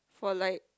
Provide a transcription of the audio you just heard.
for like